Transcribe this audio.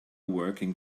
working